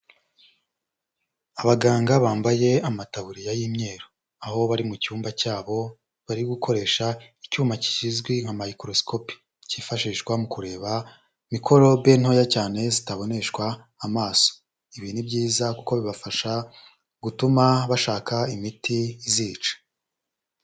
Abaganga bambaye amataburiya y'imyeru, aho bari mu cyumba cyabo bari gukoresha icyuma kizwi nka microscopy, kifashishwa mu kureba mikorobe ntoya cyane zitaboneshwa amaso, ibi ni byiza kuko bibafasha gutuma bashaka imiti izica.